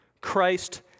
Christ